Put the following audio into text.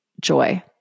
joy